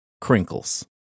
crinkles